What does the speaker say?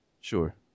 Sure